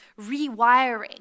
rewiring